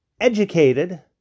educated